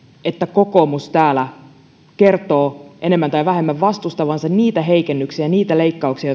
että kokoomus täällä kertoo enemmän tai vähemmän vastustavansa niitä heikennyksiä niitä leikkauksia